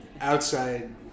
outside